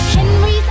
Henry